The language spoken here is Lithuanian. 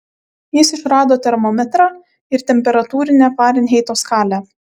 jis išrado termometrą ir temperatūrinę farenheito skalę